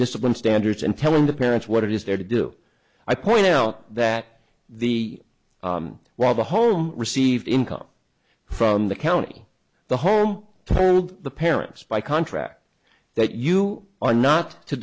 discipline standards and telling the parents what it is there to do i point out that the well home received income from the county the home to the parents by contract that you are not to